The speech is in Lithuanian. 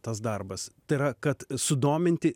tas darbas tai yra kad sudominti